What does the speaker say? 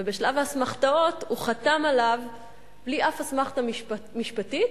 ובשלב האסמכתאות הוא חתם עליו בלי אף אסמכתה משפטית.